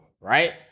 right